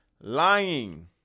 lying